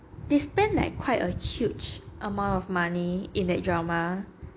they spend like quite a huge amount of money in that drama